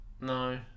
No